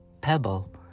pebble